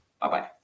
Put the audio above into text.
Bye-bye